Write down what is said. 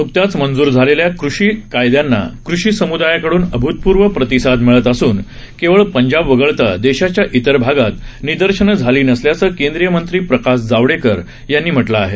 नुकत्याच मंजूर झालेल्या कृषी कायदयांना कृषी समूदायाकडून अभूतपूर्व प्रतिसाद मिळाला असुन केवळ पंजाब वगळता देशाच्या इतर भागात निदर्शनं झाली नसल्याचं केंद्रीय मंत्री प्रकाश जावडेकर यांनी म्हटलं आहे